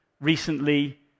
recently